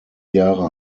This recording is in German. jahre